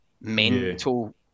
mental